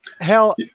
Hell